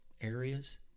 areas